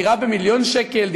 דירה במיליון שקל,